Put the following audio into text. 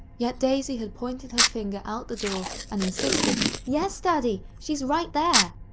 yet, daisy had pointed her finger out the door and insisted, yes daddy, she's right there!